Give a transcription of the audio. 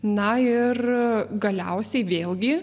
na ir galiausiai vėlgi